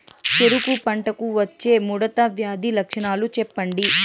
చెరుకు పంటకు వచ్చే ముడత వ్యాధి లక్షణాలు చెప్పండి?